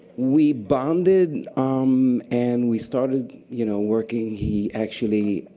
we bonded um and we started you know working. he actually.